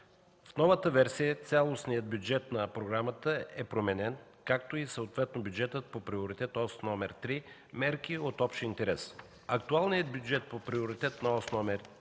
В новата версия цялостният бюджет на програмата е променен, както и бюджетът по Приоритетна ос № 3 – „Мерки от общ интерес”. Актуалният бюджет по Приоритетна ос № 3